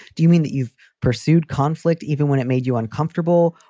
do you mean that you've pursued conflict even when it made you uncomfortable,